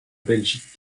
belgique